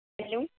hello